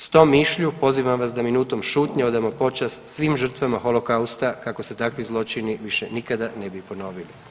S tom mišlju pozivam vas da minutom šutnje odamo počast svim žrtvama holokausta kako se takvi zločini više nikada ne bi ponovili.